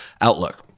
Outlook